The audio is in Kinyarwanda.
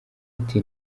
ati